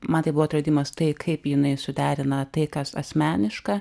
man tai buvo atradimas tai kaip jinai suderina tai kas asmeniška